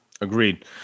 Agreed